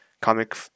comic